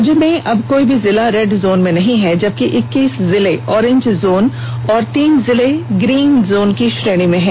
राज्य में अब कोई भी जिला रेड जोन में नहीं है जबकि इक्कीस जिले ऑरेंज जोन और तीन जिले ग्रीन जोन की श्रेणी में हैं